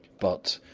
but,